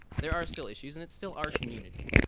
there are still issues and it's still our community.